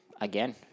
again